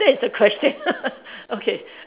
that is the question okay